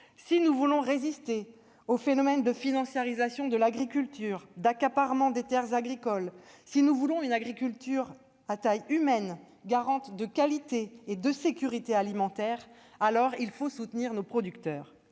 si nous voulons résister aux phénomènes de financiarisation de l'agriculture et d'accaparement des terres agricoles, si nous voulons une agriculture à taille humaine, garante de qualité et de sécurité alimentaire, alors, il faut soutenir nos producteurs.